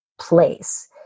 place